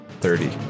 thirty